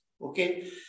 okay